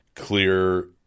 Clear